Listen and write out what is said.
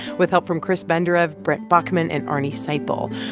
with help from chris benderev, brent baughman and arnie seipel.